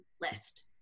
list